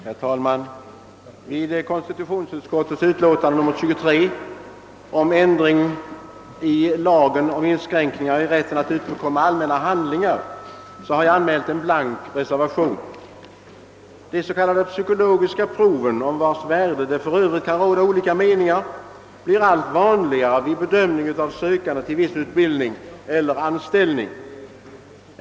Herr talman! Vid konstitutionsutskottets utlåtande nr 23, om ändring i Jagen om inskränkningar i rätten att utbekomma allmänna handlingar, har jag fogat en blank reservation. De s.k. psykologiska proven, om vilkas värde det i övrigt kan råda olika meningar, blir allt vanligare vid bedömning av sökande till viss utbildning eller anställning.